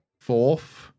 fourth